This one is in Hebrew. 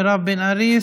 מירב בן ארי,